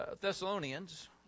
Thessalonians